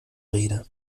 rede